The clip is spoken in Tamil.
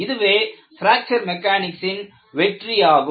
இதுவே பிராக்ச்சர் மெக்கானிக்ஸின் வெற்றியாகும்